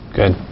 good